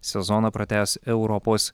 sezoną pratęs europos